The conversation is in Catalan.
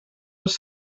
els